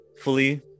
fully